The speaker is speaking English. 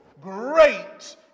Great